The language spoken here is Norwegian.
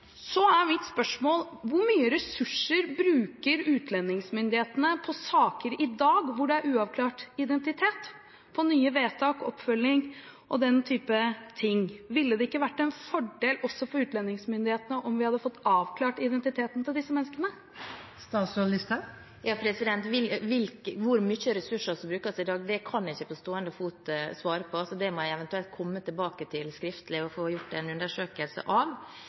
Så er mitt spørsmål: Hvor mye ressurser bruker utlendingsmyndighetene på saker i dag der det er uavklart identitet – på nye vedtak, oppfølging og den type ting? Ville det ikke vært en fordel også for utlendingsmyndighetene om vi hadde fått avklart identiteten til disse menneskene? Hvor mye ressurser som brukes i dag, kan jeg ikke på stående fot svare på, så det må jeg eventuelt få gjort en undersøkelse av og komme tilbake til skriftlig.